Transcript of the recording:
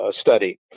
study